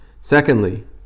Secondly